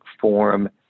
form